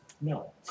No